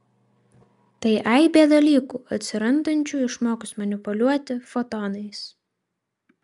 tai aibė dalykų atsirandančių išmokus manipuliuoti fotonais